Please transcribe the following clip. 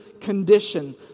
condition